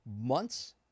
months